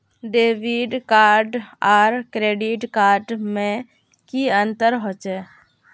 Debit card आर credit card में की अंतर होचे?